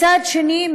מצד שני,